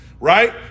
Right